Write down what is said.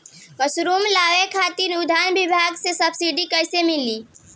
Mushroom लगावे खातिर उद्यान विभाग से सब्सिडी कैसे मिली?